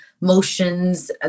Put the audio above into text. motions